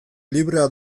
librea